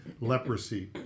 leprosy